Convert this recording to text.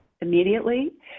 immediately